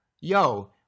Yo